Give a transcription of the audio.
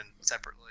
separately